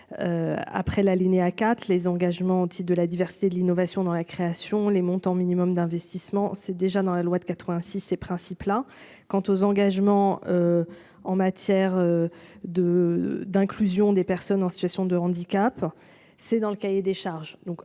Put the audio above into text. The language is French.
Après l'alinéa 4 les engagements anti-de la diversité de l'innovation dans la création les montants minimum d'investissement c'est déjà dans la loi de 86, ces principes là. Quant aux engagements. En matière. De d'inclusion des personnes en situation de handicap. C'est dans le cahier des charges,